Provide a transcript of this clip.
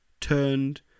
Turned